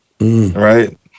right